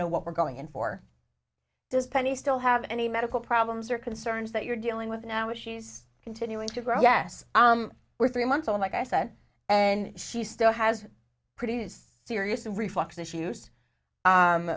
know what we're going in for does penny still have any medical problems or concerns that you're dealing with now is she's continuing to grow yes we're three months old like i said and she still has pretty serious and reflux issues